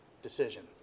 decision